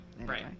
right